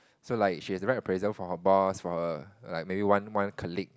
so like she has to write appraisal for her boss for her like one one colleague